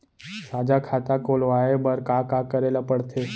साझा खाता खोलवाये बर का का करे ल पढ़थे?